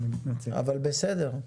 אבל בסדר,